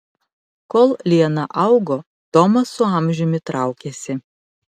kol liana augo tomas su amžiumi traukėsi